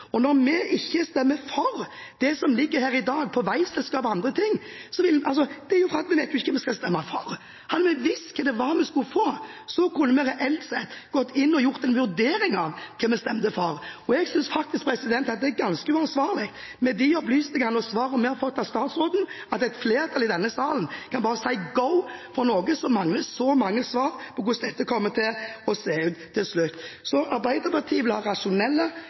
Og når vi ikke stemmer for det som i dag er foreslått om veiselskap og andre ting, er det fordi vi ikke vet hva vi skal stemme for. Hadde vi visst hva vi skulle få, kunne vi reelt sett gått inn og gjort en vurdering av hva vi skulle stemme for. Jeg synes det er ganske uansvarlig – med de opplysningene vi har fått fra statsråden – at et flertall i denne salen bare kan si «go» for noe som mangler så mange svar på hvordan dette kommer til å se ut til slutt. Arbeiderpartiet vil ha